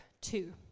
two